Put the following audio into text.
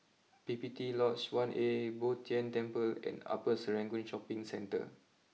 P P T Lodge one A Bo Tien Temple and Upper Serangoon Shopping Centre